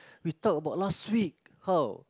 we talk about last week